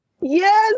Yes